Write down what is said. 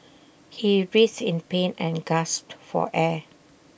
he writhed in pain and gasped for air